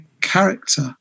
character